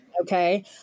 Okay